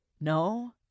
no